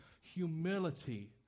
humility